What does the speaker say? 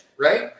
right